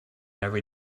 every